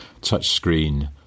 touchscreen